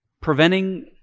preventing